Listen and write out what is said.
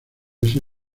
ese